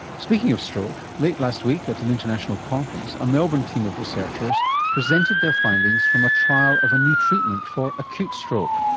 speaking of stroke, late last week at an international conference, a melbourne team of researchers presented their findings from a trial of a new treatment for acute stroke.